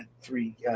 three